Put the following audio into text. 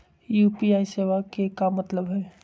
UPI सेवा के का मतलब है?